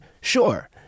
sure